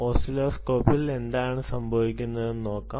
ഓസിലോസ്കോപ്പിൽ എന്താണ് സംഭവിക്കുന്നതെന്ന് നോക്കാം